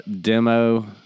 demo